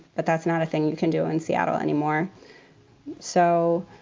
but that's not a thing you can do in seattle anymore so,